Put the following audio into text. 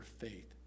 faith